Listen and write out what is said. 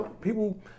people